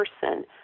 person